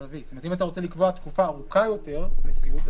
אם אתה רוצה לקבוע תקופה ארוכה יותר לסיעוד,